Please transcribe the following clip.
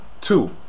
two